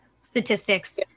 statistics